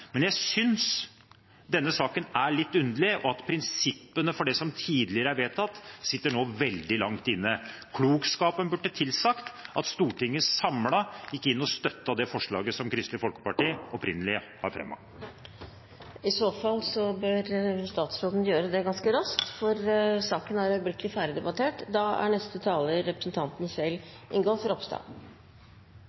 men jeg synes denne saken er litt underlig, og at prinsippene for det som tidligere er vedtatt, nå sitter veldig langt inne. Klokskapen burde tilsagt at Stortinget samlet gikk inn og støttet det forslaget som Kristelig Folkeparti opprinnelig har fremmet. I så fall bør statsråden gjøre det ganske raskt, for saken er øyeblikkelig